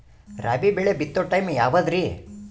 ರಾಬಿ ಬೆಳಿ ಬಿತ್ತೋ ಟೈಮ್ ಯಾವದ್ರಿ?